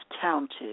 counted